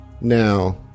now